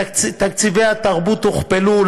תקציבי התרבות הוכפלו.